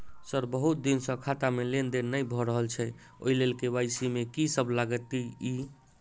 Sir बहुत दिन सऽ खाता मे लेनदेन नै भऽ रहल छैय ओई लेल के.वाई.सी मे की सब लागति ई?